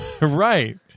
Right